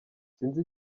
sinzi